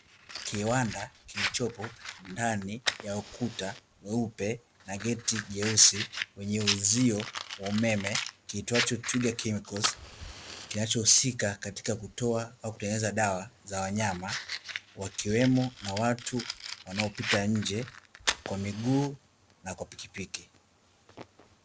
Kiwanda kilichopo ndani ya ukuta mweupe na geti jeusi, wenye uzio wa umeme kiitwacho twiga chemicals kinachohusika katika kutoa au kutengeneza dawa za wanyama, wakiwemo na watu wanaopita nje kwa miguu na kwa pikipiki.